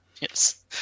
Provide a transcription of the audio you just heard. Yes